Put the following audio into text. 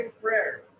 prayer